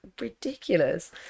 ridiculous